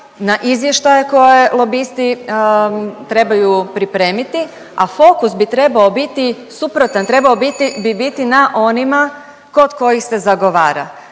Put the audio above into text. na izvještaje koje lobisti trebaju pripremiti, a fokus bi trebao biti suprotan, trebao bi biti na onima kod kojih se zagovara.